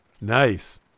Nice